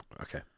Okay